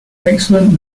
excellent